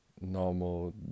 normal